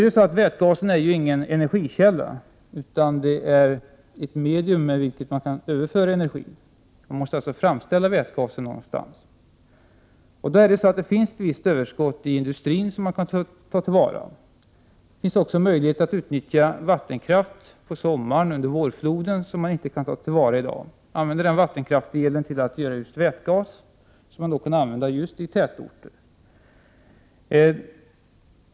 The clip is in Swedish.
Men vätgasen är ju inte en energikälla — den är ett medium, med vilket man kan överföra energi. Man måste alltså framställa vätgasen någonstans. Det finns ett visst överskott i industrin, som man kan ta till vara. Det finns också möjlighet att utnyttja vattenkraft under vårfloden och på sommaren — vattenkraft som man i dag inte kan ta till vara — och använda den vattenkraftselen till att göra just vätgas, som man kan använda i tätorter.